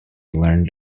learned